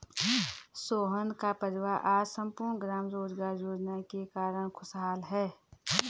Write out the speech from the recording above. सोहन का परिवार आज सम्पूर्ण ग्राम रोजगार योजना के कारण खुशहाल है